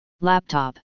Laptop